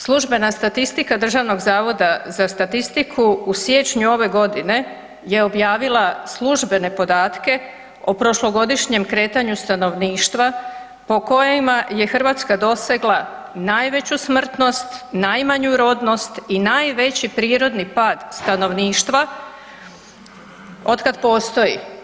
Službena statistika Državnog zavoda za statistiku u siječnju ove godine je objavila službene podatke o prošlogodišnjem kretanju stanovništva po kojima je Hrvatska dosegla najveću smrtnost, najmanju rodnost i najveći prirodni pad stanovništva od kad postoji.